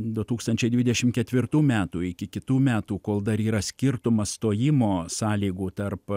du tūkstančiai dvidešim ketvirtų metų iki kitų metų kol dar yra skirtumas stojimo sąlygų tarp